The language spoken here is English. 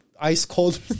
ice-cold